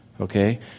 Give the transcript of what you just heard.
Okay